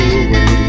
away